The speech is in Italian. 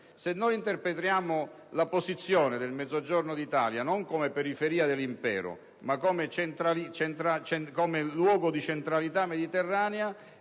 Se interpretiamo la posizione del Mezzogiorno d'Italia non come periferia dell'impero, ma come luogo di centralità mediterranea